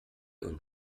und